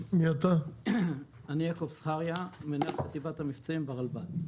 אני מנהל חטיבת המבצעים ברלב"ד.